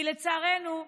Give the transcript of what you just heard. כי לצערנו,